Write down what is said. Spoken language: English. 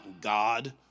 God